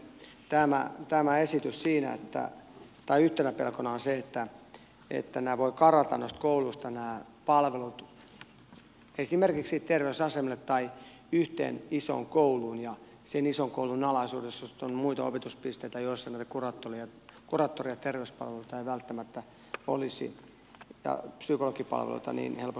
pelkona kuitenkin tai yhtenä pelkona on se että nämä palvelut voivat karata kouluista esimerkiksi terveysasemille tai yhteen isoon kouluun ja sen ison koulun alaisuudessa sitten on muita opetuspisteitä joissa näitä kuraattori ja terveyspalveluita ja psykologipalveluita ei välttämättä olisi niin helposti saatavilla